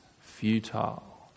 futile